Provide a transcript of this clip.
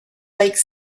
like